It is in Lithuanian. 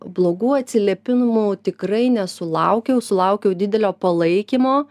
blogų atsiliepimų tikrai nesulaukiau sulaukiau didelio palaikymo